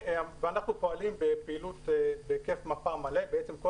אנחנו פועלים בפעילות בהיקף מפה מלא כאשר בעצם כל